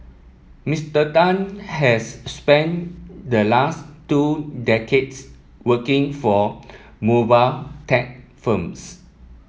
Mister Tan has spent the last two decades working for mobile tech firms